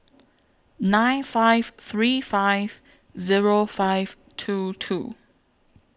nine five three five Zero five two two